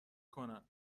کنن